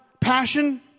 passion